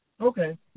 Okay